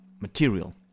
material